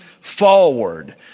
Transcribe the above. forward